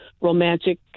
romantic